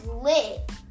Lit